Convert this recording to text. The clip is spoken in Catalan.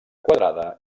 quadrada